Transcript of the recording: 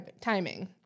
timing